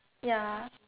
ya